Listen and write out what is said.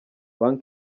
ban